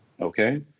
Okay